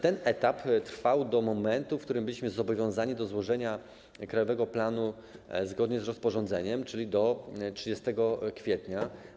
Ten etap trwał do momentu, w którym byliśmy zobowiązani do złożenia Krajowego Planu Odbudowy zgodnie z rozporządzeniem, czyli do 30 kwietnia.